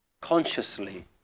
consciously